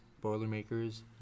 Boilermakers